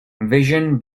vision